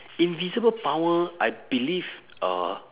invisible power I believe uh